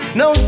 no